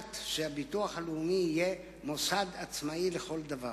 הוחלט שהביטוח הלאומי יהיה מוסד עצמאי לכל דבר.